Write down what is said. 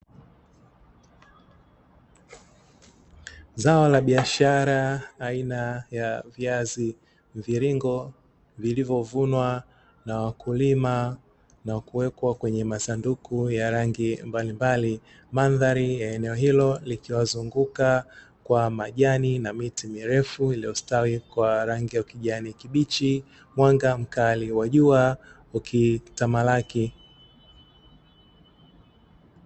Zao la biashara aina ya viazi mviringo vilivyo vunwa na wakulima na kuwekwa kwenye masunduku ya rangi mbalimbali, mandhari ya eneo hilo likiwazunguka kwa majani na miti mirefu iliyostawi kwa rangi ya ukijani kibichi, mwanga mkali wa jua ukitamalaki.